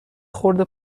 خورده